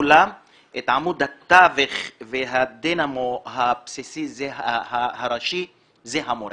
עמוד התווך והדינמו הבסיסי והראשי זה המורה,